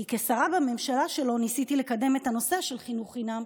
כי כשרה בממשלה שלו ניסיתי לקדם את הנושא של חינוך חינם,